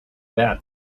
bad